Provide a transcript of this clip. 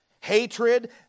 hatred